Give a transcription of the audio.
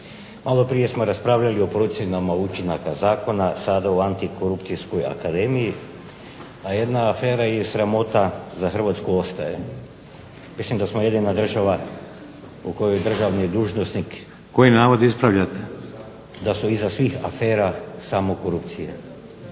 Malo prije smo raspravljali o procjenama učinaka zakona, sad o antikorupcijskoj akademiji, a jedna afera je sramota za Hrvatsku ostaje. Mislim da smo jedina država u kojoj državni dužnosnik. ... /Upadica: Koji